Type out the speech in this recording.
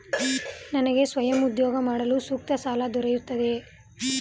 ನನಗೆ ಸ್ವಯಂ ಉದ್ಯೋಗ ಮಾಡಲು ಸೂಕ್ತ ಸಾಲ ದೊರೆಯುತ್ತದೆಯೇ?